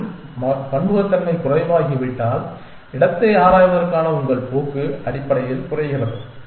மேலும் பன்முகத்தன்மை குறைவாகிவிட்டால் இடத்தை ஆராய்வதற்கான உங்கள் போக்கு அடிப்படையில் குறைகிறது